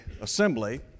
assembly